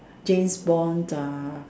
James-Bond the